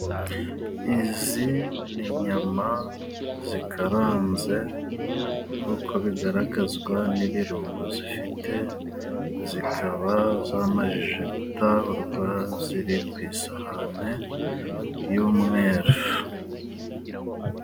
Izi n'inyama zikaranze nkuko bigaragazwa n'ibirungo zifite, zikaba zamajije gutahurwa ziri ku isahane y'umweruru.